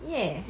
ya